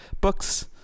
Books